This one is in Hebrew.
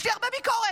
יש לי הרבה ביקורת.